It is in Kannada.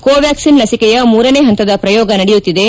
ಕೋವ್ಯಾಕ್ಷಿನ್ ಲಸಿಕೆಯ ಮೂರನೇ ಪಂತದ ಪ್ರಯೋಗ ನಡೆಯುತ್ತಿದೆ